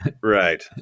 Right